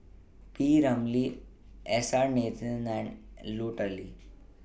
P Ramlee S R Nathan and Lut Ali